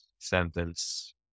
sentence